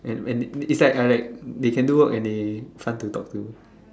and and it's like I like they can do work and fun to talk to